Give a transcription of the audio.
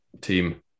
team